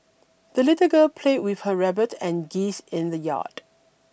the little girl played with her rabbit and geese in the yard